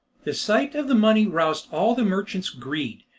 the sight of the money roused all the merchant's greed.